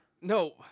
No